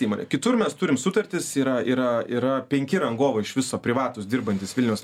įmonė kitur mes turime sutartis yra yra yra penki rangovai iš viso privatūs dirbantys vilniaus